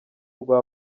rwa